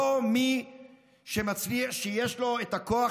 לא מי שיש לו את הכוח,